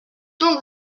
donc